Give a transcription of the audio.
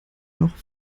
noch